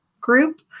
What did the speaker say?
group